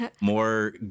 more